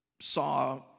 saw